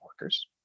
workers